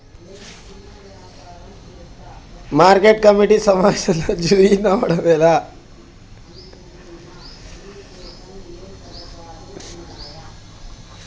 Market committee సమావేశంలో join అవ్వడం ఎలా?